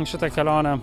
į šitą kelionę